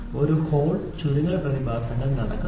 ഒരു ഹോൾ ചുരുങ്ങൽ പ്രതിഭാസങ്ങൾ നടക്കുന്നു